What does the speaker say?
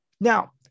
Now